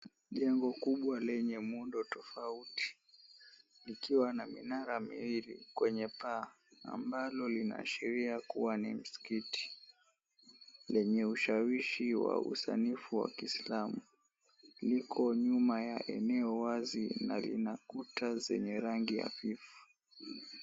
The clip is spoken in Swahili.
Jengo kubwa lenye muundo tofauti. Likiwa na minara miwili kwenye paa, ambalo linaashiria kuwa ni msikiti, lenye ushawishi wa usanifu wa Kiislamu. Liko nyuma ya eneo wazi na lina kuta zenye rangi ya buluu.